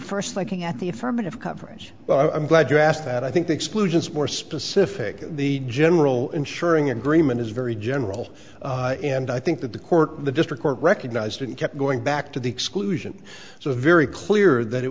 first liking at the affirmative coverage but i'm glad you asked that i think the exclusions more specifically the general ensuring agreement is very general and i think that the court the district court recognized and kept going back to the exclusion so a very clear that it